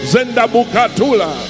Zendabukatula